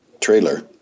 trailer